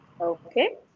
Okay